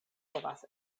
povas